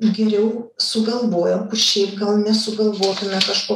geriau sugalvojam o šiaip gal nesugalvotume kažko